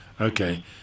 Okay